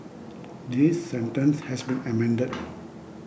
this sentence has been amended